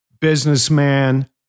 businessman